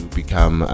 become